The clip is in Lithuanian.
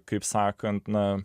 kaip sakant na